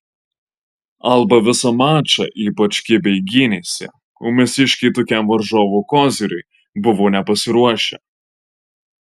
alba visą mačą ypač kibiai gynėsi o mūsiškiai tokiam varžovų koziriui buvo nepasiruošę